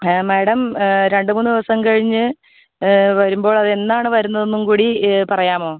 ആ മാഡം രണ്ട് മൂന്ന് ദിവസം കഴിഞ്ഞ് വരുമ്പോൾ അത് എന്ന് ആണ് വരുന്നതെന്നും കൂടി പറയാമോ